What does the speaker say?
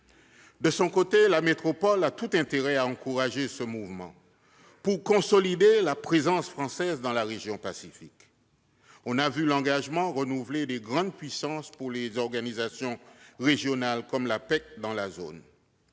De son côté, la métropole a tout intérêt à encourager ce mouvement, pour consolider la présence française dans la région Pacifique. On a vu l'engagement renouvelé des grandes puissances pour les organisations régionales comme l'APEC dans la zone.